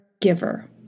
giver